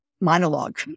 monologue